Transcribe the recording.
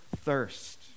thirst